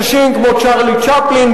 אנשים כמו צ'רלי צ'פלין,